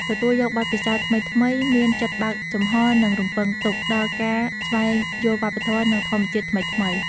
ទទួលយកបទពិសោធន៍ថ្មីៗ មានចិត្តបើកចំហ និងរំពឹងទុកដល់ការស្វែងយល់វប្បធម៌ និងធម្មជាតិថ្មីៗ។